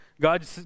God